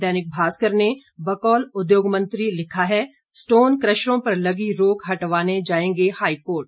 दैनिक भास्कर ने बकौल उद्योग मंत्री लिखा है स्टोन कशरों पर लगी रोक हटवाने जाएंगे हाईकोर्ट